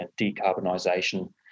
decarbonisation